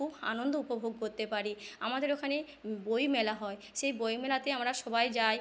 খুব আনন্দ উপভোগ করতে পারি আমাদের ওখানে বইমেলা হয় সেই বইমেলাতে আমরা সবাই যাই